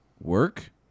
work